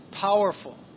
powerful